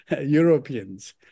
Europeans